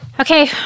Okay